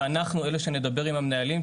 ואנחנו אלה שנדבר עם המנהלים,